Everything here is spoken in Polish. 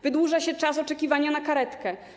Wydłuża się czas oczekiwania na karetkę.